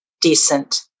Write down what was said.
decent